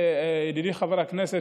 ידידי חבר הכנסת,